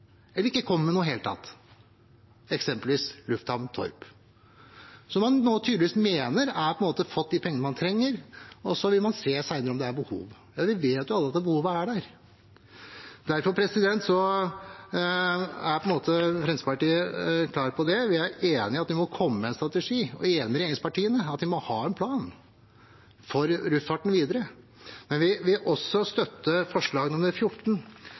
eller ikke kom med noe i det hele tatt – eksempelvis Torp lufthavn. Nå mener man tydeligvis at de har fått de pengene de trenger, og så vil man senere se om det er behov. Vi vet jo alle at behovet er der. Derfor er Fremskrittspartiet klare her: Vi er enig i at vi må komme med en strategi og er enig med regjeringspartiene i at vi må ha en plan for luftfarten videre. Vi vil også støtte forslag nr. 14,